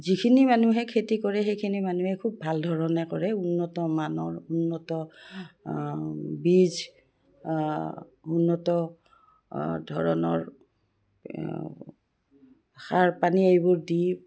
যিখিনি মানুহে খেতি কৰে সেইখিনি মানুহে খুব ভাল ধৰণে কৰে উন্নত মানৰ উন্নত বীজ উন্নত ধৰণৰ সাৰ পানী এইবোৰ দি